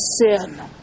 sin